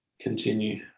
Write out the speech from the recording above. continue